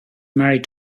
married